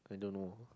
I don't know